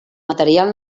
material